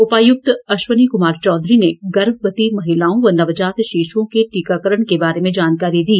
उपायुक्त अश्वनी कुमार चौधरी ने गर्भवती महिलाओं व नवजात शिशुओं के टीकाकरण के बारे में जानकारी दी